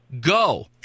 Go